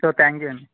so thank you అండి